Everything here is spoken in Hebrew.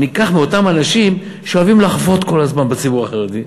נלקח מאותם אנשים שאוהבים לחבוט כל הזמן בציבור החרדי.